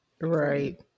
right